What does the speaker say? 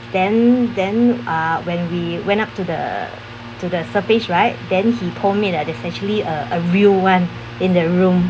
then then ah when we went up to the uh to the surface right then he told me that there's actually a a real one in the room